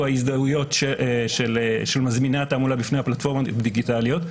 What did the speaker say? ההזדהויות של מזמיני התעמולה בפני הפלטפורמות הדיגיטליות,